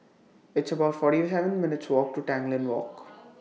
It's about forty Heaven minutes' Walk to Tanglin Walk